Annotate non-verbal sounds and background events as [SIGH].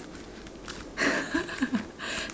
[LAUGHS]